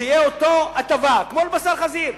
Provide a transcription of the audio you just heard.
שתהיה אותה הטבה כמו לבשר חזיר,